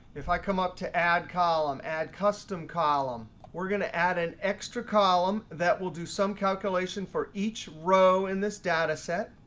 if i come up to add column, add custom column, we're going to add an extra column that will do some calculation for each row in this dataset.